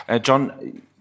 John